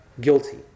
guilty